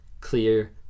clear